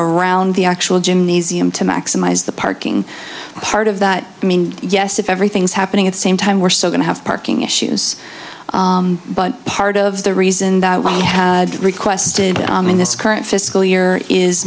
around the actual gymnasium to maximize the parking part of that i mean yes if everything's happening at the same time we're still going to have parking issues but part of the reason that we had requested in this current fiscal year is